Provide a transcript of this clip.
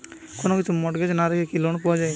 কোন কিছু মর্টগেজ না রেখে কি লোন পাওয়া য়ায়?